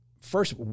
First